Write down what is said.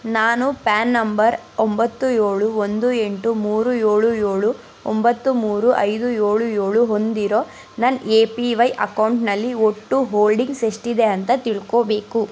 ನಾನು PAN number ಒಂಬತ್ತು ಏಳು ಒಂದು ಎಂಟು ಮೂರು ಏಳು ಏಳು ಒಂಬತ್ತು ಮೂರು ಐದು ಏಳು ಏಳು ಹೊಂದಿರೋ ನನ್ನ ಎ ಪಿ ವೈ ಅಕೌಂಟ್ನಲ್ಲಿ ಒಟ್ಟು ಹೋಲ್ಡಿಂಗ್ಸ್ ಎಷ್ಟಿದೆ ಅಂತ ತಿಳ್ಕೊಬೇಕು